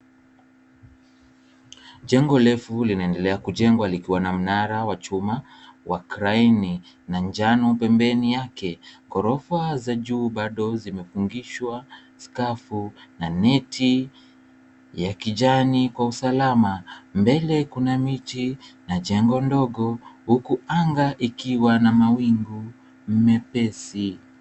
Jengo refu linaendelea kujengwa likiwa na mnara wa chuma wa grane na njano, pembeni yake. Gorofa za juu bado zimefungishwa skavu na neti ya kijani kwa usalama. Mbele kuna miji na jengo ndogo huku anga ikiwa na mawingu mepezi.